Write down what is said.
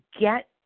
get